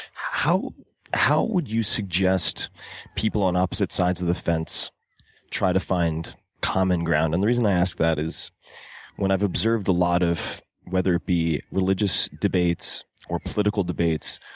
how how would you suggest people on opposite sides of the fence try to find common ground? and the reason i ask that is when i've observed a lot of whether it be religious debates or political debates,